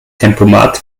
tempomat